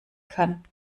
kann